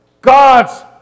God's